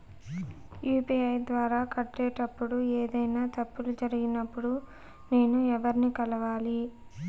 UPI ద్వారా కట్టేటప్పుడు ఏదైనా తప్పులు జరిగినప్పుడు నేను ఎవర్ని కలవాలి?